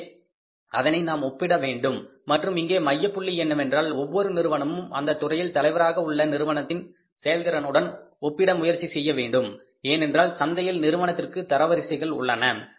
எனவே அதனை நாம் ஒப்பிட வேண்டும் மற்றும் இங்கே மைய புள்ளி என்னவென்றால் ஒவ்வொரு நிறுவனமும் அந்தத்துறையில் தலைவராக உள்ள நிறுவனத்தின் செயல்திறனுடன் ஒப்பிட முயற்சிக்க வேண்டும் ஏனென்றால் சந்தையில் நிறுவனத்திற்கு தரவரிசைகள் உள்ளன